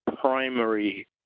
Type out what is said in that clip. primary